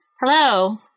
Hello